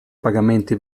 pagamenti